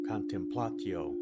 Contemplatio